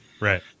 Right